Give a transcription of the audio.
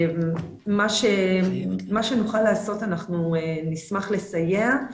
מה שנוכל לעשות, אנחנו נשמח לסייע.